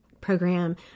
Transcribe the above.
program